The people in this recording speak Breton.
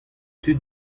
tud